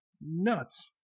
Nuts